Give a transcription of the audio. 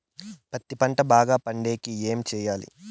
పత్తి పంట బాగా పండే కి ఏమి చెయ్యాలి?